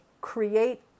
create